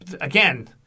Again